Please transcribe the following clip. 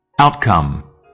OUTCOME